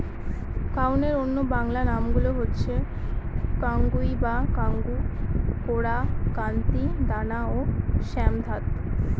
কাউনের অন্য বাংলা নামগুলো হচ্ছে কাঙ্গুই বা কাঙ্গু, কোরা, কান্তি, দানা ও শ্যামধাত